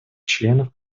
членов